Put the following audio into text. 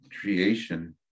creation